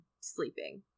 sleeping